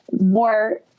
more